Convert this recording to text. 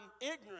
ignorant